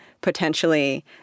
Potentially